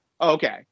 okay